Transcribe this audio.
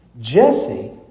Jesse